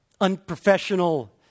unprofessional